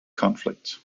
conflict